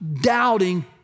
doubting